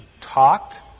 talked